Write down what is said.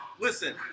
Listen